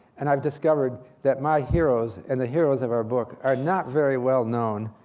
and i've discovered that my heroes and the heroes of our book are not very well known.